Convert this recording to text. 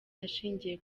ashingiye